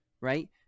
Right